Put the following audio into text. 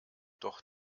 doch